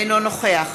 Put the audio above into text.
אינו נוכח